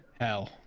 hell